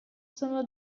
sono